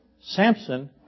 Samson